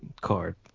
card